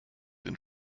den